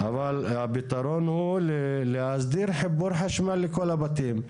אבל הפתרון הוא להסדיר חיבור חשמל לכל הבתים,